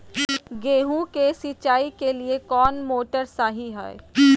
गेंहू के सिंचाई के लिए कौन मोटर शाही हाय?